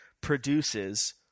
produces